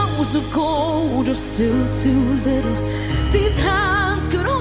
gold are still too little these hands could